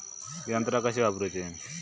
यंत्रा कशी वापरूची?